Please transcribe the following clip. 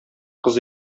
кыз